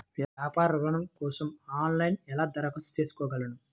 వ్యాపార ఋణం కోసం ఆన్లైన్లో ఎలా దరఖాస్తు చేసుకోగలను?